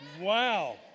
Wow